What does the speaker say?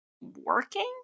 working